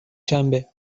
شنبه